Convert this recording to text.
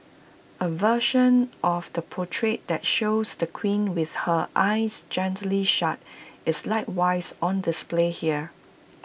A version of the portrait that shows the queen with her eyes gently shut is likewise on display here